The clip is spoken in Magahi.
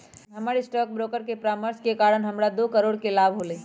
हमर स्टॉक ब्रोकर के परामर्श के कारण हमरा दो करोड़ के लाभ होलय